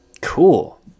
Cool